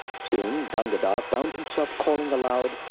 soon, gangadhar found himself calling aloud,